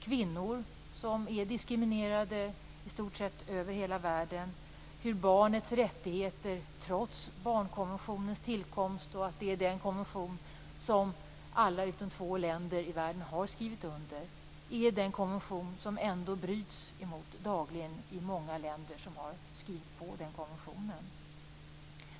Kvinnor är diskriminerade i stort sett över hela världen. Trots tillkomsten av barnkonventionen, en konvention som alla länder i världen utom två har skrivit under, bryts det dagligen mot barnets rättigheter i många länder.